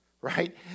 right